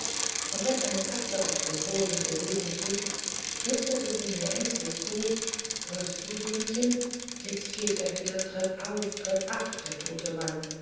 und wenn eine katze auf dem boden ihr wesen trieb flüsterte sie mir ängstlich zu hörst du söhnchen jetzt geht er wieder treppe auf treppe ab der tote mann